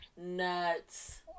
nuts